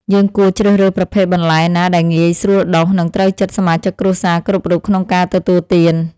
យើងគួរជ្រើសរើសប្រភេទបន្លែណាដែលងាយស្រួលដុះ និងត្រូវចិត្តសមាជិកគ្រួសារគ្រប់រូបក្នុងការទទួលទាន។